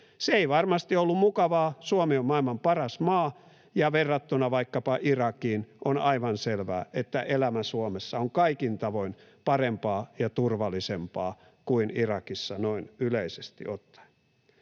Se ei varmasti ollut mukavaa; Suomi on maailman paras maa, ja verrattuna vaikkapa Irakiin on aivan selvää, että elämä Suomessa on kaikin tavoin parempaa ja turvallisempaa kuin Irakissa, noin yleisesti ottaen.